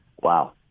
wow